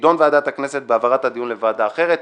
תידון ועדת הכנסת בהעברת הדיון לוועדה אחרת".